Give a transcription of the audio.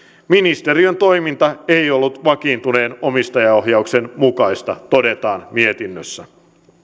ministeriön toiminta ei ollut vakiintuneen omistajaohjauksen mukaista todetaan mietinnössä